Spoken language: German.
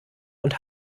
und